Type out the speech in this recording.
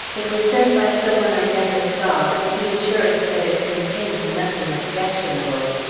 it was sent by some one i never saw, with the assurance that it contained nothing objectionable.